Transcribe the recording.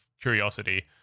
curiosity